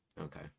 Okay